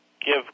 give